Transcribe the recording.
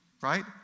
right